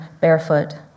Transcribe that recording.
barefoot